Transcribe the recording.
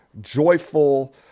joyful